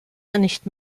nicht